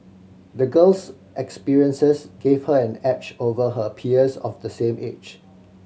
the girl's experiences gave her an edge over her peers of the same age